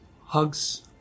hugs